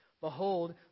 Behold